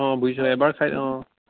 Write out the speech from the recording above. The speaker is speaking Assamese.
অ' বুজিছোঁ এবাৰ খায় অ'